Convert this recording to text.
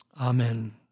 Amen